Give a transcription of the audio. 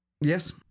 Yes